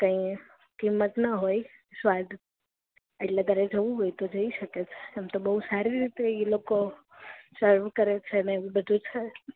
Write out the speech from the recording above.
કાંઇ કિંમત ના હોય સ્વાદ એટલે તારે જોવું હોયતો જઇ શકે છે એમતો બઉ સારી રીતે ઇ લોકો સર્વ કરેછે ને એવું બધુ છે